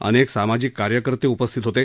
अनेक सामाजिक कार्यकर्ते उपस्थित होते